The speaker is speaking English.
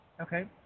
Okay